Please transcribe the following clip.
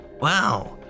Wow